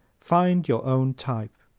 find your own type